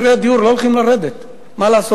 מחירי הדיור לא הולכים לרדת, מה לעשות.